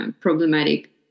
problematic